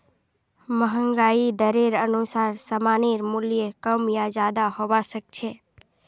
महंगाई दरेर अनुसार सामानेर मूल्य कम या ज्यादा हबा सख छ